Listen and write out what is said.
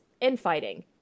infighting